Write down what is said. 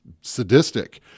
sadistic